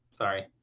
sorry.